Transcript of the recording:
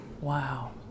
Wow